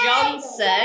Johnson